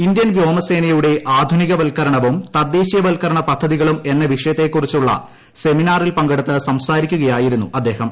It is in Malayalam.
ഇന്ത്യൻ വ്യോമസേനയുടെ ആധുനികവൽക്കരണവും തദ്ദേശീയവൽക്കരണ പദ്ധതികളും എന്ന വിഷയത്തെ കുറിച്ചുള്ള സെമിനാറിൽ പങ്കെടുത്ത് സംസാരിക്കുകയായിരുന്നു അദ്ദേഹം